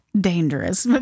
dangerous